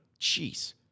jeez